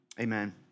amen